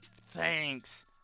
Thanks